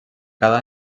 cada